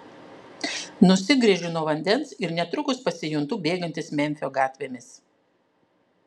nusigręžiu nuo vandens ir netrukus pasijuntu bėgantis memfio gatvėmis